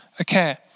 Okay